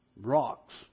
rocks